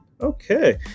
Okay